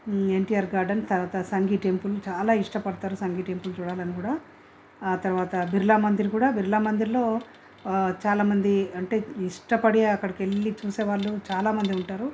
NTR garden తర్వాత Sanghi temple చాలా ఇష్టపడతారు సంఘి టెంపుల్ చూడాలని కూడా తర్వాత బిర్లా మందిర్ కూడా బిర్లా మందిర్లో చాలామంది అంటే ఇష్టపడి అక్కడికి వెళ్ళి చూసే వాళ్ళు చాలా మంది ఉంటారు